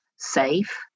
safe